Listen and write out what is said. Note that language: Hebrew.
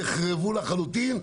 נחרבו לחלוטין,